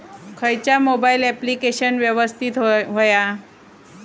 खयचा mobile application यवस्तित होया?